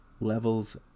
Levels